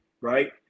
Right